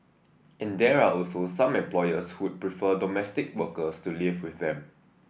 and there are also some employers who would prefer domestic workers to live with them